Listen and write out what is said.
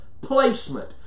placement